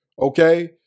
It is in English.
okay